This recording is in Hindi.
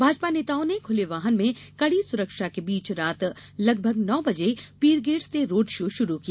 भाजपा नेताओं ने खुले वाहन में कड़ी सुरक्षा के बीच रात लगभग नौ बजे पीरगेट से रोड शो शुरू किया